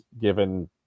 given